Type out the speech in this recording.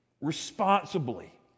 responsibly